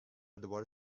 دوباره